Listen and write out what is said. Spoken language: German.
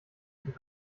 und